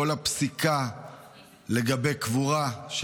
כל הפסיקה לגבי קבורה,